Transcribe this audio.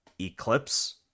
Eclipse